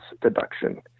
deduction